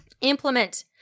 implement